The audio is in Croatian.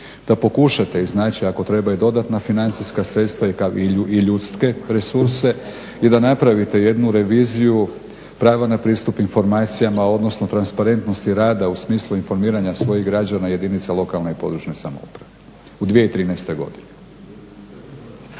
da pokušate iznaći ako treba i dodatna financijska sredstva i ljudske resurse i da napravite jednu reviziju prava na pristup informacijama, odnosno transparentnosti rada u smislu informiranja svojih građana i jedinica lokalne i područne samouprave u 2013. godini.